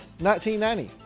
1990